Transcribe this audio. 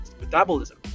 metabolism